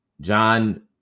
john